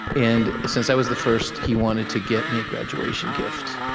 and since i was the first, he wanted to get me a graduation gift.